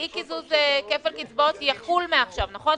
האי קיזוז כפל קצבאות יחול מעכשיו, נכון?